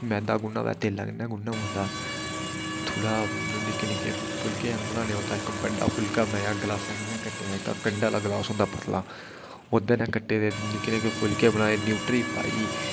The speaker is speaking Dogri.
मैदा गुन्नाना्न होऐ ना तेलै कन्नै गुनना पौंदा थोह्ड़ा निक्के निक्के फुलके जन बनाने पौंदे इक्क बड्डा फुलका बनाया गलासै कन्नै कट्टेआ जेह्का कंढै आह्ला गलास होंदा पतला ओह्दे नै कट्टे दे निक्के निक्के फुलकै बनाए न्यूट्री पाई